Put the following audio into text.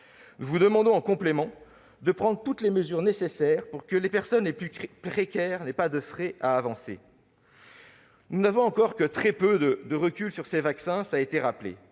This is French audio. Nous vous demandons en complément de prendre toutes les mesures nécessaires pour que les personnes les plus précaires n'aient pas de frais à avancer. Nous n'avons encore que très peu de recul sur ces vaccins, mais ils